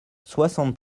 soixante